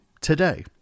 today